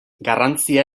garrantzia